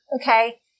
Okay